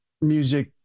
music